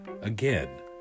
again